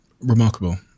Remarkable